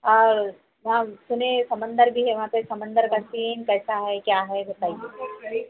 اور وہاں سنے سمندر بھی ہے وہاں پہ سمندر کا سین کیسا ہے کیا ہے بتائیے